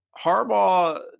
Harbaugh